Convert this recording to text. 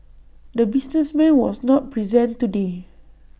the businessman was not present today